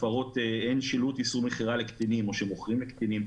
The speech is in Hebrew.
הפרות של שילוט איסור מכירה לקטינים או שמוכרים לקטינים,